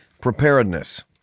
Preparedness